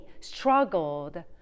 struggled